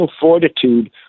fortitude